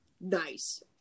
Nice